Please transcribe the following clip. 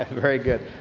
very good.